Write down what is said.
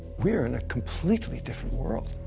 we're in a completely different world.